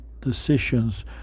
decisions